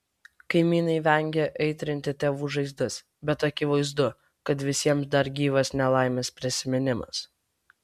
kaimynai vengia aitrinti tėvų žaizdas bet akivaizdu kad visiems dar gyvas nelaimės prisiminimas